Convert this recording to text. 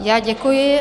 Já děkuji.